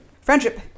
Friendship